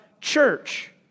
church